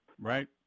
Right